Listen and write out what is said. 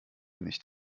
nicht